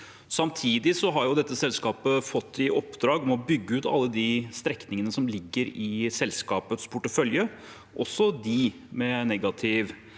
Samtidig har dette selskapet fått i oppdrag å bygge ut alle strekningene som ligger i selskapets portefølje, også de med negativ